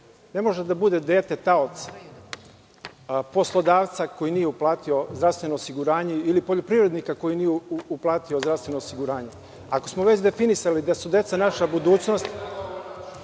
može da bude dete talac poslodavca koji nije uplati zdravstveno osiguranje ili poljoprivrednika koji nije uplatio zdravstveno osiguranje. Ako smo već definisali da su deca naša budućnost.